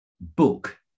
book